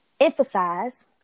emphasize